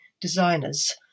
designers